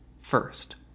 First